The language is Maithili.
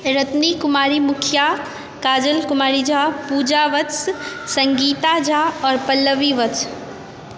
रतनी कुमारी मुखिया काजल कुमारी झा पूजा वत्स सङ्गीता झा आओर पल्लवी वत्स